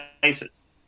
places